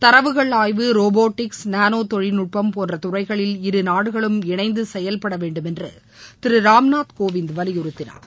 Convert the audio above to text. தரவுகள் ஆய்வு robotics nano தொழில்நட்பம் போன்ற துறைகளில் இரு நாடுகளும் இணைந்து செயல்பட வேண்டுமென்று திரு ராம்நாத் கோவிந்த் வலியுறுத்தினார்